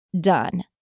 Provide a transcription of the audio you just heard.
done